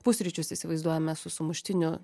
pusryčius įsivaizduojame su sumuštiniu